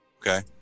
Okay